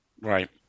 right